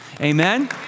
Amen